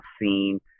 seen